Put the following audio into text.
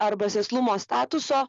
arba sėslumo statuso